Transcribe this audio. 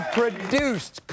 produced